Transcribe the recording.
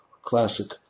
classic